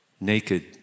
naked